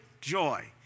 joy